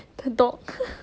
the dog